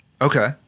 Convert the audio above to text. Okay